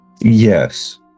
Yes